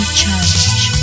charge